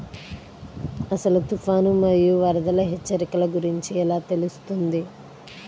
అసలు తుఫాను మరియు వరదల హెచ్చరికల గురించి ఎలా తెలుస్తుంది?